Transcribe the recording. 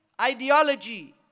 ideology